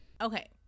Okay